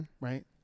Right